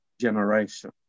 generation